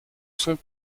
sont